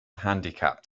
handicapped